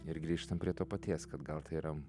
ir grįžtam prie to paties kad gal tai yram